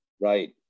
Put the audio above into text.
right